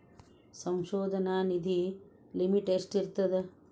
ಸಂಶೋಧನಾ ನಿಧಿ ಲಿಮಿಟ್ ಎಷ್ಟಿರ್ಥದ